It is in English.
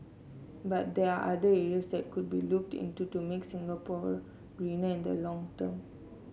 but there are other areas that could be looked into to make Singapore greener in the long term